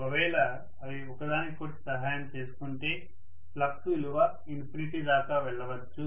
ఒకవేళ అవి ఒకదానికి ఒకటి సహాయం చేసుకుంటే ఫ్లక్స్ విలువ ఇన్ఫినిటీ దాకా వెళ్ళవచ్చు